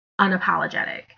unapologetic